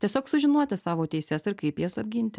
tiesiog sužinoti savo teises ir kaip jas apginti